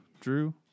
Drew